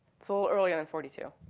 it's a little earlier than forty two.